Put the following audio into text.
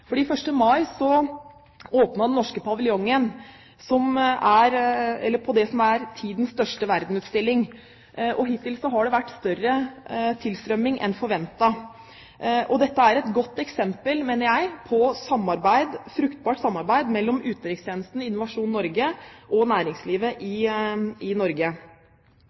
mai åpnet den norske paviljongen på det som er tidenes største verdensutstilling. Hittil har det vært større tilstrømming enn forventet. Dette mener jeg er et godt eksempel på samarbeid – fruktbart samarbeid – mellom utenrikstjenesten, Innovasjon Norge og næringslivet i Norge. Norsk utenrikstjeneste har 80 000 konsulære saker i